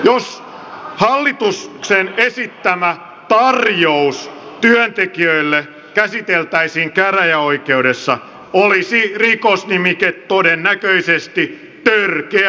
jos hallituksen esittämä tarjous työntekijöille käsiteltäisiin käräjäoikeudessa olisi rikosnimike todennäköisesti törkeä kiristys